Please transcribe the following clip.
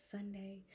Sunday